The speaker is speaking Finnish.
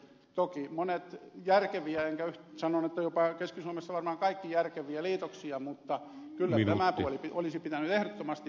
toki monet järkeviä ja sanon että keski suomessa varmaan jopa kaikki järkeviä liitoksia mutta kyllä tämä puoli olisi pitänyt ehdottomasti hoitaa